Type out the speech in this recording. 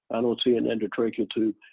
i don't see an endotracheal tube,